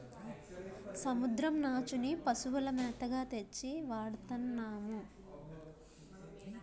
సముద్రం నాచుని పశువుల మేతగా తెచ్చి వాడతన్నాము